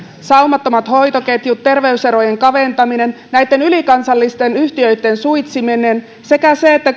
saumattomat hoitoketjut terveyserojen kaventaminen näitten ylikansallisten yhtiöitten suitsiminen sekä se että